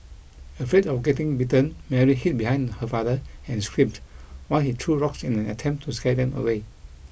afraid of getting bitten Mary hid behind her father and screamed while he threw rocks in an attempt to scare them away